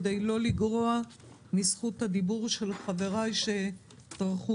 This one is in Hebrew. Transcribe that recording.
כדי לא לגרוע מזכות הדיבור של חבריי שטרחו